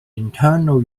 internal